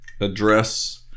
address